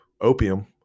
opium